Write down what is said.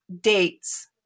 dates